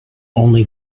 only